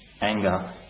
anger